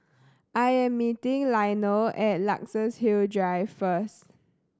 I am meeting Leonel at Luxus Hill Drive first